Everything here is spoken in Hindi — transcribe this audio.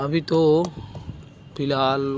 अभी तो फ़िलहाल